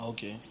Okay